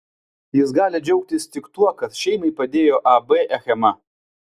jis gali džiaugtis tik tuo kad šeimai padėjo ab achema